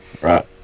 right